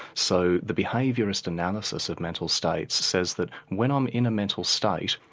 so the behaviourist analysis of mental states says that when i'm in a mental state,